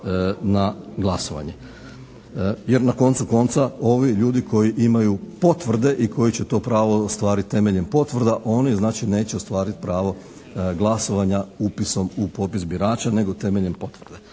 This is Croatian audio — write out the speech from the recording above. na glasovanje. Jer na koncu konca ovi ljudi koji imaju potvrde i koji će pravo ostvariti temeljem potvrda oni znači neće ostvariti pravo glasovanja upisom u popis birača nego temeljem potvrde.